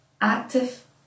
active